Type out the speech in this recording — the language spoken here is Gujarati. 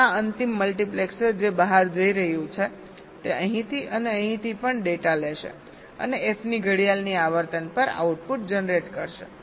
અને આ અંતિમ મલ્ટિપ્લેક્સર જે બહાર જઈ રહ્યું છે તે અહીંથી અને અહીંથી પણ ડેટા લેશે અને f ની ઘડિયાળની આવર્તન પર આઉટપુટ જનરેટ કરશે